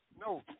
No